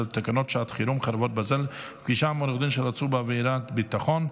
שעת חירום (חרבות ברזל) (פגישה עם עורך דין של עצור בעבירת ביטחון),